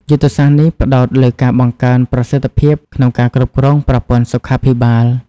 យុទ្ធសាស្ត្រនេះផ្តោតលើការបង្កើនប្រសិទ្ធភាពក្នុងការគ្រប់គ្រងប្រព័ន្ធសុខាភិបាល។